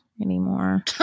anymore